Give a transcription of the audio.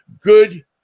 good